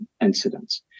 incidents